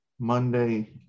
Monday